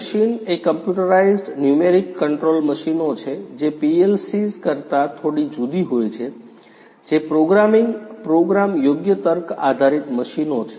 machine એ computerised numeric control મશીનો છે જે PLCs કરતા થોડી જુદી હોય છે જે પ્રોગ્રામિંગ પ્રોગ્રામ યોગ્ય તર્ક આધારિત મશીનો છે